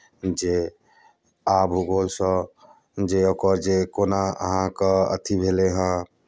जे आ भूगोलसँ जे ओकर जे कोना अहाँके अथि भेलैए